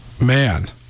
Man